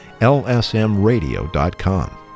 lsmradio.com